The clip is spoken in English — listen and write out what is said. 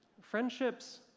Friendships